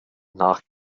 nach